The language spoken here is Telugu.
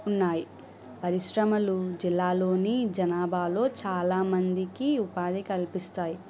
ఉన్నాయి పరిశ్రమలు జిల్లాలోని జనాభాలో చాలా మందికి ఉపాధి కల్పిస్తాయి